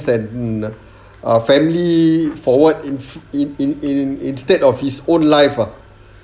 and ah family forward in in in in instead of his own life ah